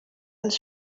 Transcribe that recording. als